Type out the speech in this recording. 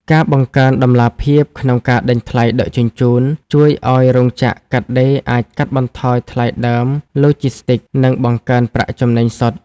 ការបង្កើនតម្លាភាពក្នុងការដេញថ្លៃដឹកជញ្ជូន ជួយឱ្យរោងចក្រកាត់ដេរអាចកាត់បន្ថយថ្លៃដើមឡូជីស្ទីក និងបង្កើនប្រាក់ចំណេញសុទ្ធ។